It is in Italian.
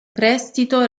prestito